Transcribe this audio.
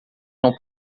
não